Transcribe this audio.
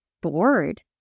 bored